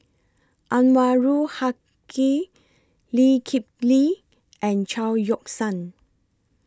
Anwarul Haque Lee Kip Lee and Chao Yoke San